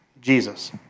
Jesus